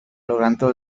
logrando